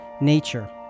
Nature